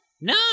No